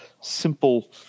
simple